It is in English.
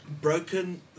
broken